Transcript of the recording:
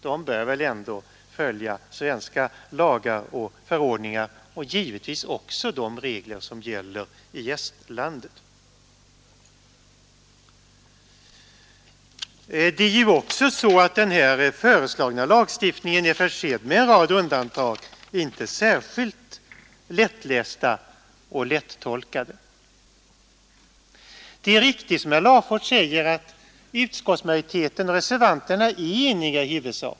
I det sistnämnda fallet bör väl ändå svenska lagar och förordningar gälla — och givetvis även värdlandets lagar. Den föreslagna lagstiftningen innehåller en rad undantag, inte särskilt lättolkade. Det är riktigt som herr Larfors säger att utskottsmajoriteten och reservanterna i huvudsak är eniga.